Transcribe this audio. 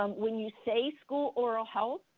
um when you say school oral health,